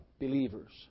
believers